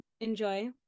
enjoy